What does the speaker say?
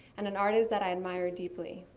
and an artist that i admire deeply.